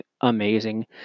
amazing